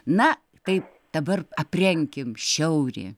na taip dabar aprenkim šiaurį